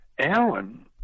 Alan